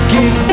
Give